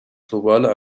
globaler